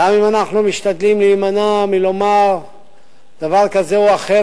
גם אם אנחנו משתדלים להימנע מלומר דבר כזה או אחר,